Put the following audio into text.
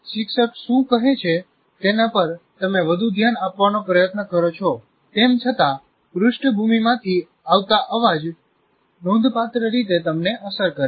શિક્ષક શું કહે છે તેના પર તમે વધુ ધ્યાન આપવાનો પ્રયત્ન કરો છો તેમ છતાં પૃષ્ઠભૂમિ માંથી આવતા અવાજ નોંધપાત્ર રીતે તમને અસર કરશે